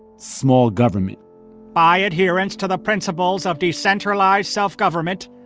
small government by adherence to the principles of decentralized self-government,